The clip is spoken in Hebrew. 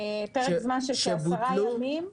פרק זמן של כעשרה ימים.